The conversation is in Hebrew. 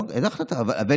קיבל החלטה.